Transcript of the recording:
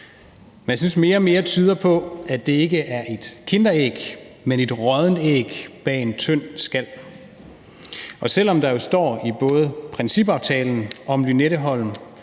Men jeg synes, mere og mere tyder på, at det ikke er et kinderæg, men et råddent æg bag en tynd skal. Og selv om der jo står i både principaftalen om Lynetteholm